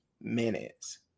minutes